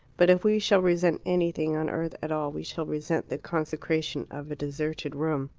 but if we shall resent anything on earth at all, we shall resent the consecration of a deserted room.